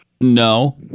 no